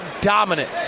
Dominant